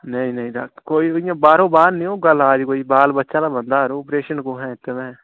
नेईं नेईं डाक्टर कोई इयां बाह्रो बाह्र नी होगा इलाज कोई बाल बच्चे आह्ला बंदा यरो अप्रेशन कुत्थें इत्थें भैं